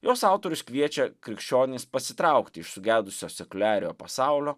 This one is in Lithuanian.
jos autorius kviečia krikščionis pasitraukti iš sugedusio sekuliariojo pasaulio